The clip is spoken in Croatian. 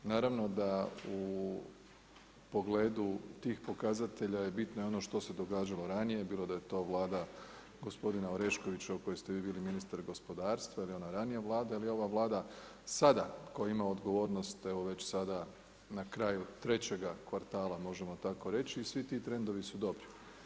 Naravno da u pogledu tih pokazatelja je bitno i ono što se događalo ranije, bilo da je to Vlada gospodina Oreškovića u kojoj ste vi bili ministar gospodarstva ili ona ranija Vlada ili ova Vlada sada koja ima odgovornost evo već sada na kraju trećega kvartala možemo tako reći i svi ti trendovi su dobri.